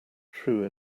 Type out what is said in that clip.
true